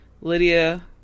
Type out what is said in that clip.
Lydia